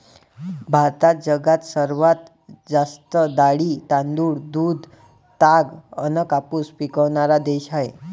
भारत जगात सर्वात जास्त डाळी, तांदूळ, दूध, ताग अन कापूस पिकवनारा देश हाय